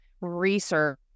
research